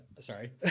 sorry